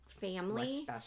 family